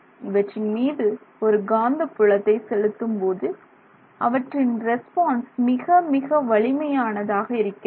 இவற்றின் மீது ஒரு காந்தப்புலத்தை செலுத்தும்போது அவற்றின் ரெஸ்பான்ஸ் மிக மிக வலிமையானதாக இருக்கிறது